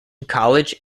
college